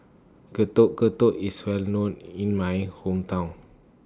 Getuk Getuk IS Well known in My Hometown